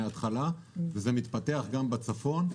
וזה מתפתח גם בצפון.